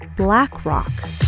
BlackRock